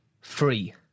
free